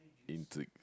intrigues